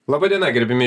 laba diena gerbiami